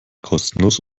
kostenlos